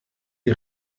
die